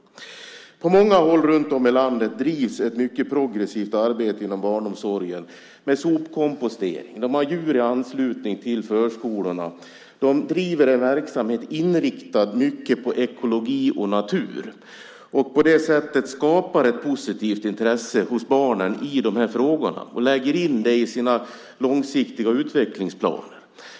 På många håll runtom i landet drivs ett mycket progressivt arbete inom barnomsorgen med till exempel sopkompostering. De har djur i anslutning till förskolorna. De driver en verksamhet mycket inriktad på ekologi och natur. De skapar på det sättet ett positivt intresse hos barnen i de här frågorna och lägger in det i sina långsiktiga utvecklingsplaner.